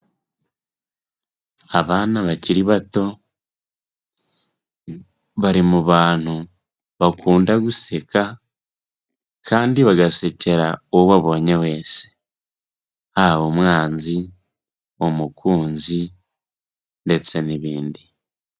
Abana bakiri bato bari mu bantu bakunda guseka kandi bagasekera uwo babonye wese, haba umwanzi, umukunzi ndetse n'ibindi.